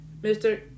Mr